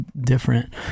different